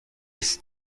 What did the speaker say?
است